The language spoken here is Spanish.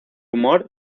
humor